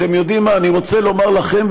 אני רוצה לומר לכם,